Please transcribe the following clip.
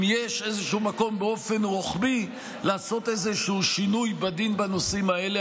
אם יש איזשהו מקום באופן רוחבי לעשות איזשהו שינוי בדין בנושאים האלה.